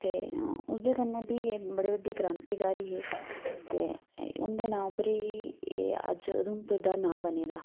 ते उसदे कन्नै फ्ही बड़ी बड्डी क्रांती होई ते एह् उंदे नां उप्पर ही एह् अज्ज उधमपुर दा नां बने दा